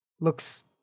Looks